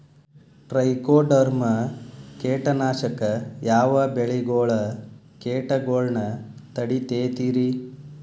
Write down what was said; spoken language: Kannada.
ಟ್ರೈಕೊಡರ್ಮ ಕೇಟನಾಶಕ ಯಾವ ಬೆಳಿಗೊಳ ಕೇಟಗೊಳ್ನ ತಡಿತೇತಿರಿ?